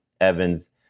Evans